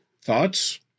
thoughts